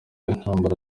intambara